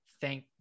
thank